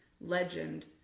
legend